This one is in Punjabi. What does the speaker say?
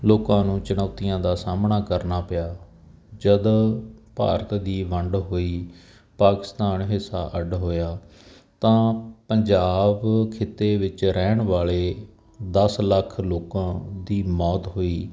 ਲੋਕਾਂ ਨੂੰ ਚੁਣੌਤੀਆਂ ਦਾ ਸਾਹਮਣਾ ਕਰਨਾ ਪਿਆ ਜਦੋਂ ਭਾਰਤ ਦੀ ਵੰਡ ਹੋਈ ਪਾਕਿਸਤਾਨ ਹਿੱਸਾ ਅੱਡ ਹੋਇਆ ਤਾਂ ਪੰਜਾਬ ਖਿੱਤੇ ਵਿੱਚ ਰਹਿਣ ਵਾਲੇ ਦਸ ਲੱਖ ਲੋਕਾਂ ਦੀ ਮੌਤ ਹੋਈ